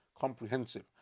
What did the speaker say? comprehensive